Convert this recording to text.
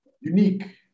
Unique